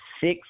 six